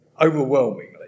Overwhelmingly